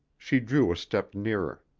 she drew a step nearer.